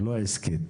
לא עסקית.